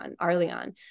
Arleon